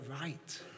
right